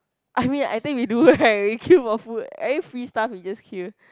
I mean I think we do right we queue for food every free stuff we just queue